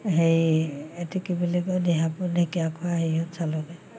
সেই এইটো কি বুলি কয় দিহাপুল ঢেকীয়াখোৱা হেৰিয়ত চালোগে